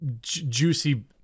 juicy